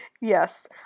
Yes